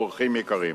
אורחים יקרים,